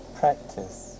practice